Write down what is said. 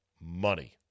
money